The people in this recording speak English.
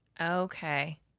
Okay